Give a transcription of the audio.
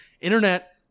internet